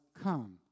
come